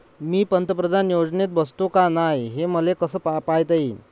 मी पंतप्रधान योजनेत बसतो का नाय, हे मले कस पायता येईन?